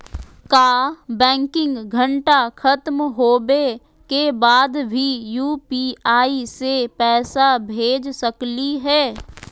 का बैंकिंग घंटा खत्म होवे के बाद भी यू.पी.आई से पैसा भेज सकली हे?